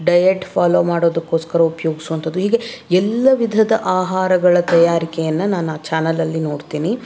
diet follow ಮಾಡೋದಕ್ಕೋಸ್ಕರ ಉಪಯೋಗಿಸೋ ಅಂಥದ್ದು ಹೀಗೆ ಎಲ್ಲ ವಿಧದ ಆಹಾರಗಳ ತಯಾರಿಕೆಯನ್ನು ನಾನು ಆ ಚಾನಲಲ್ಲಿ ನೋಡ್ತೀನಿ